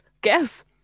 Guess